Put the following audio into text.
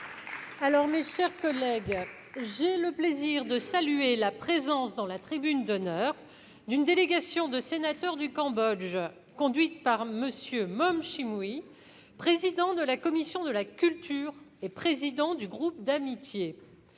Mes chers collègues, j'ai le plaisir de saluer la présence, dans la tribune d'honneur, d'une délégation de sénateurs du Cambodge, conduite par M. Mom Chim Huy, président de la commission de la culture et président du groupe d'amitié.